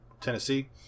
Tennessee